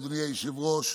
אדוני היושב-ראש,